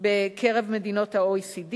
בקרב מדינות ה-OECD.